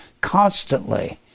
constantly